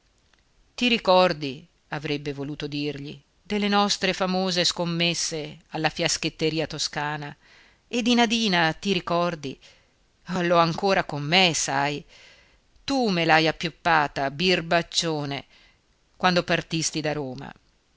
ti ricordi avrebbe voluto dirgli delle nostre famose scommesse alla fiaschetteria toscana e di nadina ti ricordi l'ho ancora con me sai tu me l'hai appioppata birbaccione quando partisti da roma